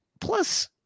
plus